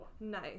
Nice